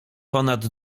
ponad